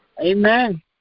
Amen